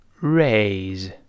raise